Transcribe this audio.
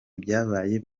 ibyabaye